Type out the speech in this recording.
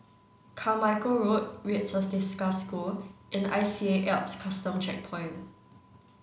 Carmichael Road Red Swastika School and I C A Alps Custom Checkpoint